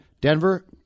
Denver